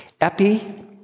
Epi